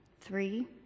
Three